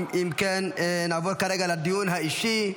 אם כן, נעבור כרגע לדיון האישי.